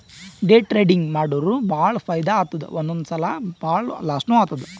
day trading ಮಾಡುರ್ ಭಾಳ ಫೈದಾ ಆತ್ತುದ್ ಒಂದೊಂದ್ ಸಲಾ ಭಾಳ ಲಾಸ್ನೂ ಆತ್ತುದ್